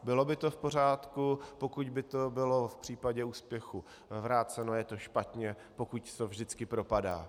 Bylo by v pořádku, pokud by to bylo v případě úspěchu vráceno, je to špatně, pokud to vždycky propadá.